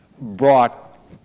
Brought